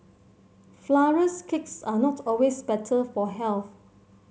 flourless cakes are not always better for health